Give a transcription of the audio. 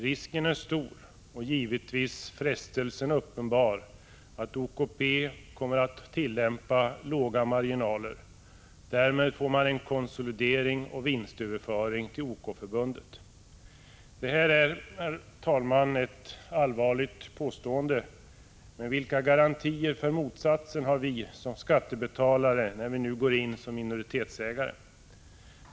Risken är stor och givetvis frestelsen uppenbar att OKP kommer att tillämpa låga marginaler. Därmed får man en konsolidering och vinstöverföring till OK-förbundet. Detta är, herr talman, ett allvarligt påstående, men vilka garantier för motsatsen har vi som skattebetalare när vi nu går in som minoritetsägare?